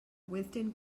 wisden